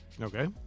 Okay